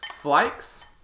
flakes